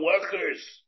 workers